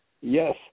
Yes